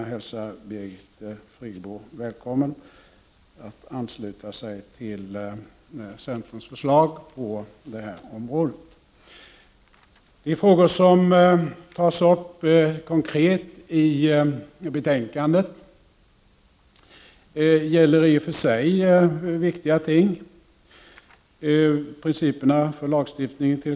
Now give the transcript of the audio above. Jag hälsar därför Birgit Friggebo välkommen att ansluta sig till centerns förslag på detta område. De frågor som tas upp konkret i betänkandet gäller i och för sig viktiga ting, t.ex. principerna för lagstiftning.